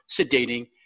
sedating